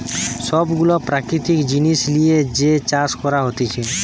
সব গুলা প্রাকৃতিক জিনিস লিয়ে যে চাষ করা হতিছে